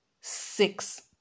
six